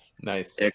Nice